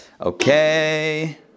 Okay